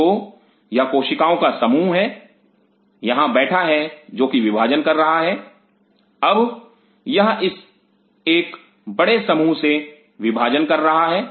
तो यह कोशिकाओं का एक समूह है यहां बैठा है जो कि विभाजन कर रहा है अब यह एक इस बड़े समूह से विभाजन कर रहा है